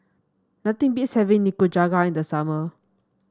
nothing beats having Nikujaga in the summer